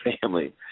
family